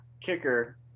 kicker